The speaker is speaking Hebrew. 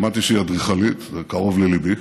שמעתי שהיא אדריכלית, זה קרוב לליבי,